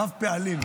רב-פעלים.